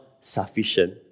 sufficient